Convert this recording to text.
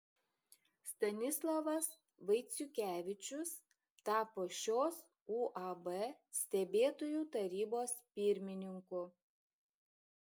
stanislovas vaiciukevičius tapo šios uab stebėtojų tarybos pirmininku